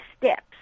steps